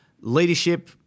leadership